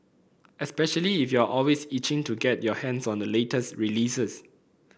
especially if you're always itching to get your hands on the latest releases